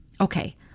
Okay